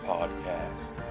Podcast